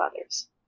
others